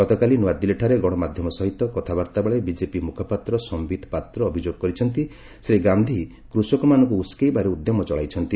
ଗତକାଲି ନୂଆଦିଲ୍ଲୀଠାରେ ଗଣମାଧ୍ୟମ ସହିତ କଥାବାର୍ତ୍ତା ବେଳେ ବିଜେପି ମୁଖପାତ୍ର ସମ୍ବିତ ପାତ୍ର ଅଭିଯୋଗ କରିଛନ୍ତି ଯେ ଶ୍ରୀ ଗାନ୍ଧୀ କୃଷକମାନଙ୍କୁ ଉସ୍କେଇବାର ଉଦ୍ୟମ ଚଳାଇଛନ୍ତି